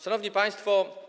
Szanowni Państwo!